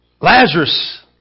Lazarus